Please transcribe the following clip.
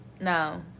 No